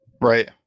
Right